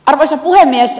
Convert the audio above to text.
arvoisa puhemies